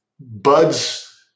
Buds